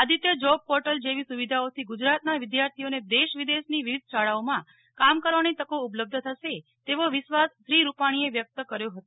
Aditya job portal જેવી સુવિધાઓથી ગુજરાત ના વિદ્યાર્થીઓને દેશ વિદેશની વિવિધ શાળાઓમાં કામ કરવાની તકી ઉપલબ્ધ થશે તેવો વિશ્વાસ શ્રી રૂપાણી એ વ્યક્ત કર્યો હતો